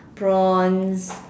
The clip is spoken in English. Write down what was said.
prawns